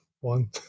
one